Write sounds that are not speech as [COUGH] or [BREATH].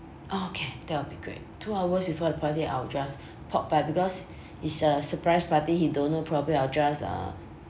okay that will be great two hours before the party I will just [BREATH] drop by because it's a surprise party he don't know probably I will just uh